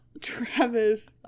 Travis